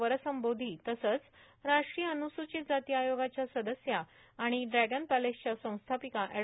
वरसंबोधी तसंच राष्ट्रीय अनुसुचित जाती आयोगाच्या सदस्या आणि ड्रॅगन पॅलेसच्या संस्थापिका अॅड